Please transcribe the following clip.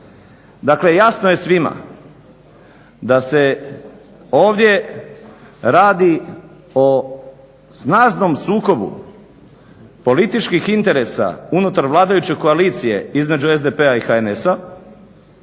Dakle, jasno je svima da se ovdje radi o snažnom sukobu političkih interesa unutar vladajuće koalicije između SDP-a i HNS-a